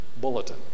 bulletin